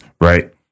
right